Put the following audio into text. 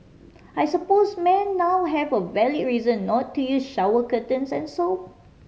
I suppose men now have a valid reason not to use shower curtains and soap